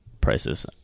prices